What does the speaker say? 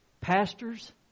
pastors